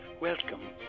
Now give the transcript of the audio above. Welcome